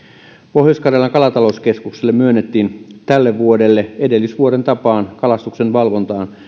pohjois karjalan kalatalouskeskukselle myönnettiin tälle vuodelle edellisvuoden tapaan kalastuksenvalvontaan